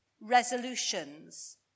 resolutions